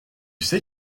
sais